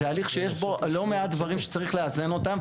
זה הליך שיש בו לא מעט דברים שצריך לאזן אותם.